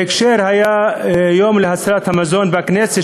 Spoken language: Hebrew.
היה בהקשר של היום להצלת המזון בכנסת,